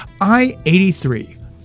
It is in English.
I-83